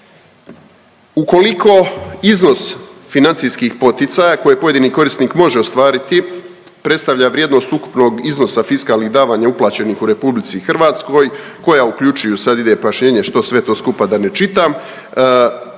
Ukoliko iznos financijskih poticaja koje pojedini korisnik može ostvariti predstavlja vrijednost ukupnog iznosa fiskalnih davanja uplaćenih u RH koja uključuju sad ide sad ide … što sve to skupa da ne čitam,